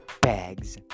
bags